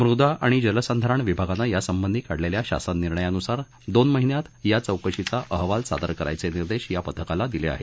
मुदा अणि जलसंधारण विभागानं यासंबंधी काढलेल्या शासन निर्णयानुसार दोन महिन्यात या चौकशीचा अहवाल सादर करण्याचे निर्देश या पथकाला दिले आहेत